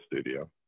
studio